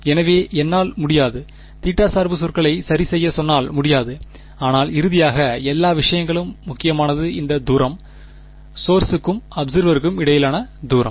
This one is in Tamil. எனவே என்னால் முடியாது தீட்டா சார்பு சொற்களை சரி செய்ய என்னால் முடியாது ஆனால் இறுதியாக எல்லா விஷயங்களும் முக்கியமானது இந்த தூரம் சோர்ஸிக்கும் அப்செர்வேருக்கும் இடையிலான தூரம்